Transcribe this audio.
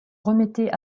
remettait